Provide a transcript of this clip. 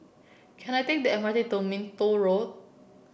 can I take the M R T to Minto Road